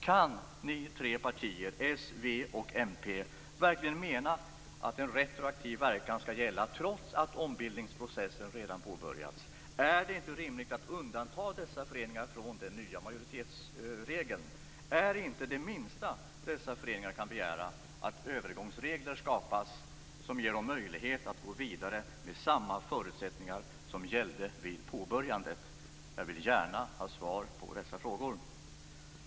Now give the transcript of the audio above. Kan ni tre partier - s, v och mp - verkligen mena att regeln skall gälla retroaktivt, trots att ombildningsprocessen redan påbörjats? Är det inte rimligt att undanta dessa föreningar från den nya majoritetsregeln? Är inte det minsta dessa föreningar kan begära att övergångsregler skapas som ger dem möjlighet att gå vidare med samma förutsättningar som gällde vid påbörjandet? Jag vill gärna ha svar på dessa frågor.